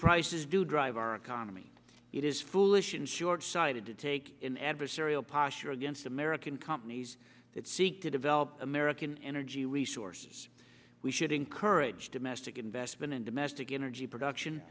prices do drive our economy it is foolish and short sighted to take an adversarial posture against american companies that seek to develop american energy resources we should encourage domestic investment in domestic energy production